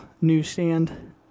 newsstand